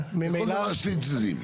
לכל דבר יש שני צדדים.